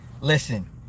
listen